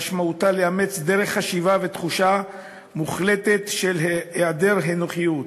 משמעותה לאמץ דרך חשיבה ותחושה מוחלטת של היעדר אנוכיות,